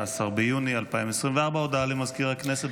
19 ביוני 2024. הודעה למזכיר הכנסת,